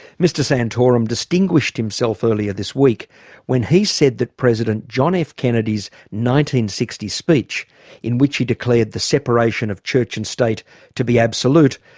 mr santorum distinguished himself earlier this week when he said that president john f kennedy's sixty speech in which he declared the separation of church and state to be absolute,